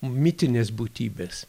mitinės būtybės